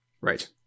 right